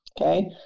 okay